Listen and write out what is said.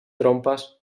trompes